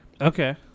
Okay